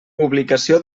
publicació